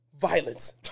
violence